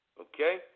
Okay